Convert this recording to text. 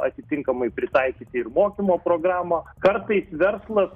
atitinkamai pritaikyti ir mokymo programą kartais verslas